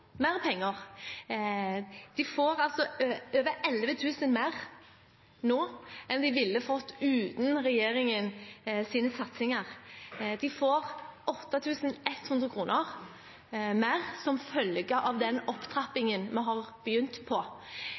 mer nå enn de ville fått uten regjeringens satsinger. De får 8 100 kr mer som følge av opptrappingen vi har begynt på.